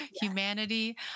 humanity